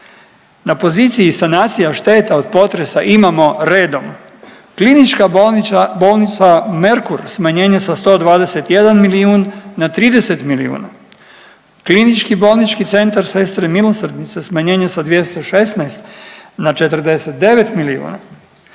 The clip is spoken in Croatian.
na poziciji sanacija šteta od potresa imamo redom, KB Merkur smanjenje sa 121 milijun na 30 milijuna, KBC Sestre milosrdnice smanjenje sa 216 na 49 milijuna,